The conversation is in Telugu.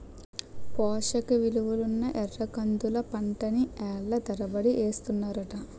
పోసకిలువలున్న ఎర్రకందుల పంటని ఏళ్ళ తరబడి ఏస్తన్నారట